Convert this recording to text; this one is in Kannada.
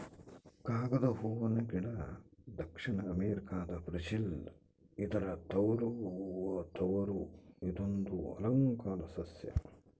ಕಾಗದ ಹೂವನ ಗಿಡ ದಕ್ಷಿಣ ಅಮೆರಿಕಾದ ಬ್ರೆಜಿಲ್ ಇದರ ತವರು ಇದೊಂದು ಅಲಂಕಾರ ಸಸ್ಯ